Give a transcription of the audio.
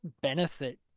benefit